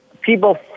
People